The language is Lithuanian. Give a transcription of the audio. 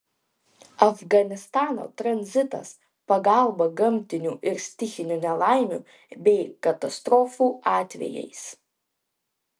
afganistano tranzitas pagalba gamtinių ir stichinių nelaimių bei katastrofų atvejais